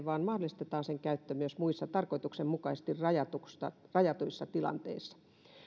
vaan mahdollistetaan sen käyttö myös muissa tarkoituksenmukaisesti rajatuissa rajatuissa tilanteissa